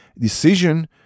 decision